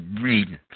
reading